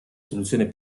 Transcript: soluzione